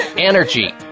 Energy